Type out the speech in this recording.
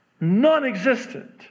non-existent